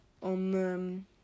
on